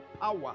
power